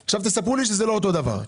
תספרו לי שזה לא אותו דבר?